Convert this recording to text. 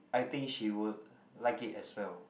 I think she would like it as well